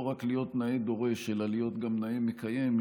לא רק להיות נאה דורש אלא להיות גם נאה מקיים,